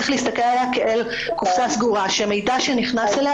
צריך להסתכל עליה כעל קופסה סגורה שמידע שנכנס אליה,